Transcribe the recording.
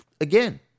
again